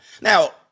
Now